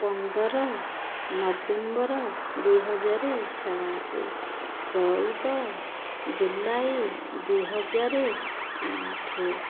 ପନ୍ଦର ନଭେମ୍ବର ଦୁଇ ହଜାର ସାତ ଚଉଦ ଜୁଲାଇ ଦୁଇ ହଜାର ଆଠ